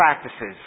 practices